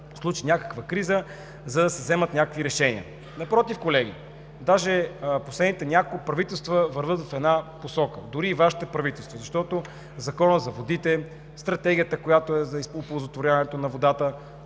се случи някаква криза, за да се вземат някакви решения. Напротив, колеги, последните няколко правителства даже вървят в една посока, дори и Вашите правителства – Законът за водите, Стратегията за оползотворяването на водата